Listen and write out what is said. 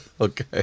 Okay